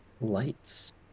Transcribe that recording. Lights